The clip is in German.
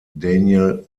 daniel